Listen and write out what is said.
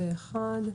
הצבעה אושר פה אחד.